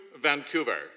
Vancouver